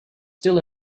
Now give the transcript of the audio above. still